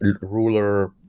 ruler